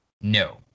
No